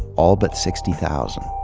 all but sixty thousand